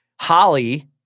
Holly